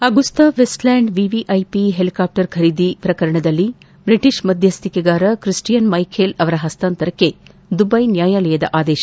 Agusta Westland VVIP helicopter ಖರೀದಿ ಪ್ರಕರಣದಲ್ಲಿ British ಮಧ್ವಸ್ಟಿಕೆಗಾರ ಕ್ರಿಸ್ಟಿಯನ್ ಮೈಕೆಲ್ ಅವರ ಹಸ್ತಾಂತರಕ್ಕೆ ದುಬೈ ನ್ವಾಯಾಲಯದ ಆದೇಶ